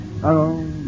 Hello